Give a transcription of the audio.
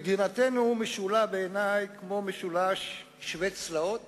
מדינתנו משולה בעיני למשולש שווה צלעות